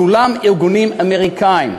כולם ארגונים אמריקניים.